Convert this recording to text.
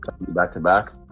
back-to-back